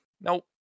Nope